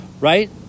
right